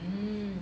mm